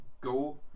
go